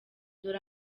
dore